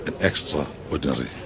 extraordinary